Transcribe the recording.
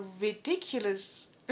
ridiculous